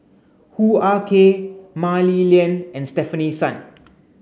Hoo Ah Kay Mah Li Lian and Stefanie Sun